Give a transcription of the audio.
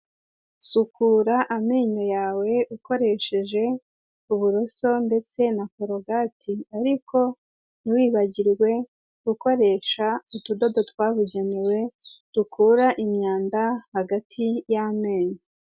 Sukura amenyo yawe, ukoresheje uburoso, ndetse na korogati, ariko ntiwibagirwe gukoresha utudodo twabugenewe, dukura imyanda hagati y'amenyo.